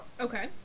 Okay